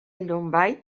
llombai